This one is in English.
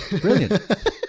Brilliant